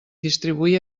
distribuir